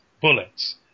bullets